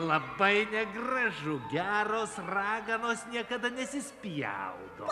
labai negražu geros raganos niekada nesispjaudo